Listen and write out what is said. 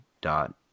dot